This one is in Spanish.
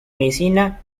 medicina